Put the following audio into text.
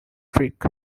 trick